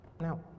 now